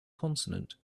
consonant